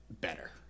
better